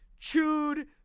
Chewed